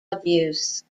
abuse